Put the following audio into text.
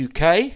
UK